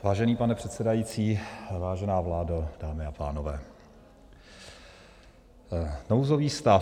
Vážený pane předsedající, vážená vládo, dámy a pánové, nouzový stav.